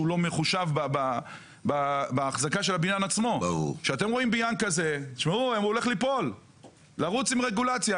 כשרואים בניין כזה צריך להבין שהוא הולך ליפול ולהתחיל לרוץ עם רגולציה.